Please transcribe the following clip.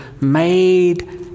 made